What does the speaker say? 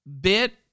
bit